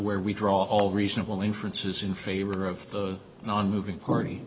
where we draw all reasonable inferences in favor of the nonmoving party